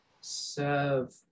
serve